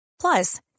Plus